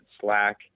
Slack